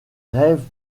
rêves